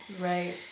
Right